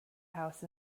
house